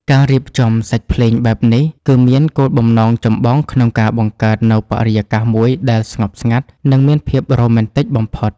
ការរៀបចំសាច់ភ្លេងបែបនេះ គឺមានគោលបំណងចម្បងក្នុងការបង្កើតនូវបរិយាកាសមួយដែលស្ងប់ស្ងាត់ និងមានភាពរ៉ូមែនទិកបំផុត